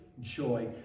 joy